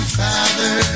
father